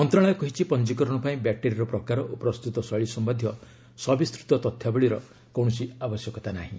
ମନ୍ତ୍ରଣାଳୟ କହିଛି ପଞ୍ଜିକରଣ ପାଇଁ ବ୍ୟାଟେରିର ପ୍ରକାର ଓ ପ୍ରସ୍ତୁତ ଶୈଳୀ ସମ୍ପନ୍ଧୀୟ ସବିସ୍ତୃତ ତଥ୍ୟାବଳୀର କୌଣସି ଆବଶ୍ୟକତା ନାହିଁ